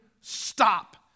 stop